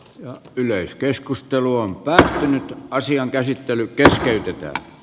asiaa yleiskeskustelu on tässä ja asian käsittely keskeytetään